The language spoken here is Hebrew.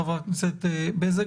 חברת הכנסת בזק,